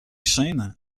chenes